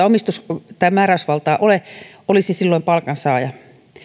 omistus tai määräysvaltaa ole olisi silloin palkansaaja